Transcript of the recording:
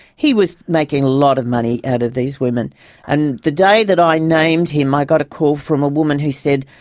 he was making a lot of money out of these women and the day that i named him, i got a call from a woman who said,